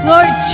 Lord